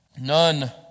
none